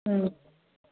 ꯎꯝ